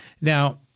Now